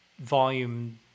volume